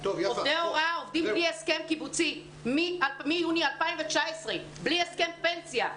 שעובדי הוראה עובדים על-פי הסכם קיבוצי מיוני 2019 בלי הסכם פנסיה,